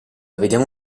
vediamo